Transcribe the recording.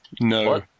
No